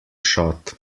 shot